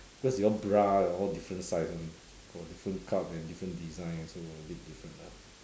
because you all bra all different size [one] got different cup and different design so a bit different lah